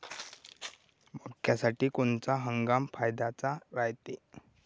मक्क्यासाठी कोनचा हंगाम फायद्याचा रायते?